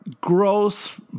gross